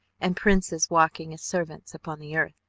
and princes walking as servants upon the earth.